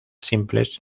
simples